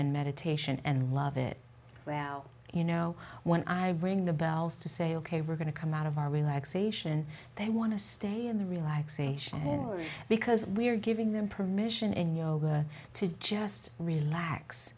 and meditation and love it well you know when i bring in the bells to say ok we're going to come out of our relaxation they want to stay in the relaxation because we're giving them permission in yoga to just relax